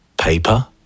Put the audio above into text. Paper